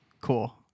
cool